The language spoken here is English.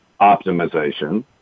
optimization